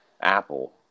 Apple